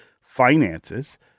finances